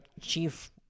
chief